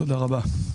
249